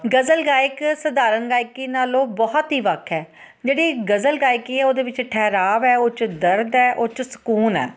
ਗਜ਼ਲ ਗਾਇਕ ਸਧਾਰਨ ਗਾਇਕੀ ਨਾਲੋਂ ਬਹੁਤ ਹੀ ਵੱਖ ਹੈ ਜਿਹੜੀ ਗਜ਼ਲ ਗਾਇਕੀ ਹੈ ਉਹਦੇ ਵਿੱਚ ਠਹਿਰਾਵ ਹੈ ਉਸ 'ਚ ਦਰਦ ਹੈ ਉਸ 'ਚ ਸਕੂਨ ਹੈ